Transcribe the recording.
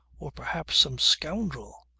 or perhaps some scoundrel?